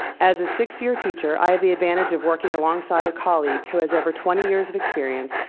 as a six year teacher, i have the advantage of working alongside a colleague who has over twenty years of experience,